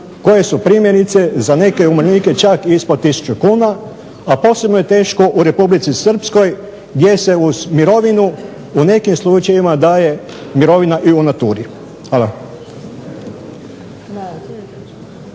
koje su primjerice za neke umirovljenike čak ispod 1000 kuna, a posebno je teško u Republici Srpskoj gdje se uz mirovinu u nekim slučajevima daje mirovina i u naturi. Hvala.